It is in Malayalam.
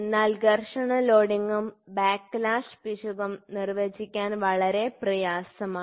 എന്നാൽ ഘർഷണ ലോഡിംഗും ബാക്ക്ലാഷ് പിശകും പ്രവചിക്കാൻ വളരെ പ്രയാസമാണ്